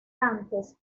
antes